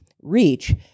reach